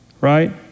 right